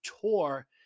tour